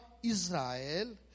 Israel